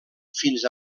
fins